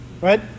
Right